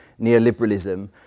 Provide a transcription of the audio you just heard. neoliberalism